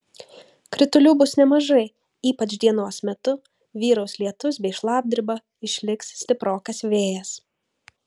kritulių bus nemažai ypač dienos metu vyraus lietus bei šlapdriba išliks stiprokas vėjas